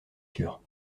sûr